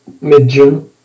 mid-June